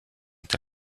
est